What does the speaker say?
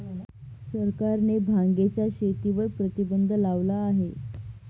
सरकारने भांगेच्या शेतीवर प्रतिबंध लावला आहे